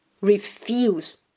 refuse